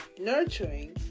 nurturing